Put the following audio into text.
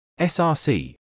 src